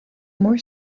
more